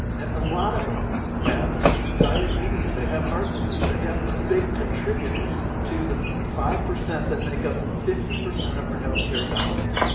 and a lot of them have these they're diabetes, they have heart disease, they have the big contributors to the five percent that make up fifty percent of our health care dollars.